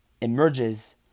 emerges